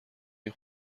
این